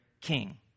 king